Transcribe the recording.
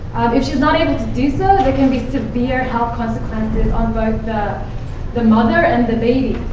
if she's not able to do so, there can be severe health consequences on both the the mother and the baby.